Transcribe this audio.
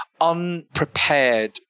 unprepared